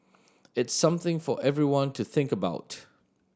it's something for everyone to think about